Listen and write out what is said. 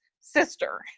sister